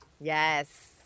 Yes